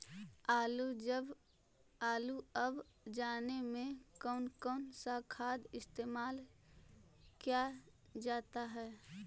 आलू अब जाने में कौन कौन सा खाद इस्तेमाल क्या जाता है?